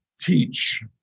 teach